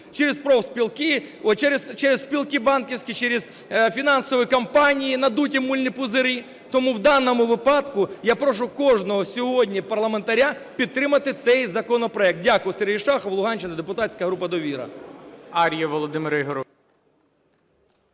через спілки банківські, через фінансові компанії, надуті мильні пузирі. Тому в даному випадку я прошу кожного сьогодні парламентаря підтримати цей законопроект. Дякую. Сергій Шахов, Луганщина, депутатська група "Довіра".